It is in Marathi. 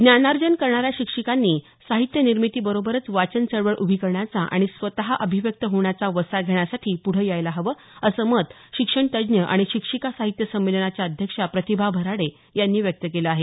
ज्ञानार्जन करणाऱ्या शिक्षिकांनी साहित्यनिर्मितीबरोबरच वाचन चळवळ उभी करण्याचा आणि स्वत अभिव्यक्त होण्याचा वसा घेण्यासाठी प्रढं यायला हवं असं मत शिक्षणतज्ज्ञ आणि शिक्षिका साहित्य संमेलनाच्या अध्यक्षा प्रतिभा भराडे यांनी व्यक्त केलं आहे